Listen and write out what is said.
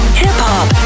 hip-hop